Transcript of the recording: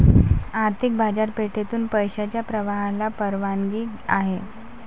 आर्थिक बाजारपेठेतून पैशाच्या प्रवाहाला परवानगी आहे